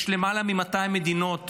יש למעלה מ-200 מדינות בעולם.